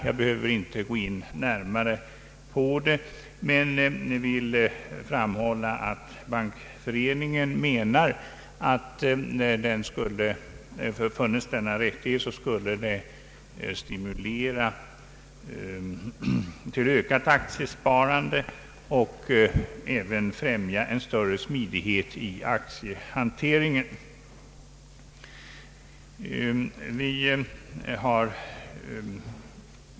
Jag behöver inte gå in närmare på det men vill framhålla att Bankföreningen anser att funnes denna rättighet så skulle det stimulera till ökat aktiesparande och även främja en större smidighet i aktiehanteringen.